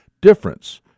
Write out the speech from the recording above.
difference